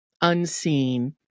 unseen